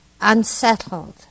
unsettled